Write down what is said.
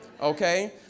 okay